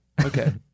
okay